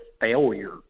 failure